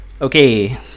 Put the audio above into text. Okay